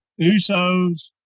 Usos